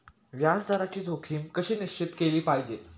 व्याज दराची जोखीम कशी निश्चित केली पाहिजे